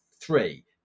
three